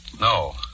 No